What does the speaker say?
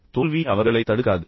எனவே தோல்வி அவர்களைத் தடுக்காது